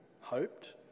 hoped